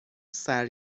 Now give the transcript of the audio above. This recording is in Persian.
مثل